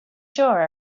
sure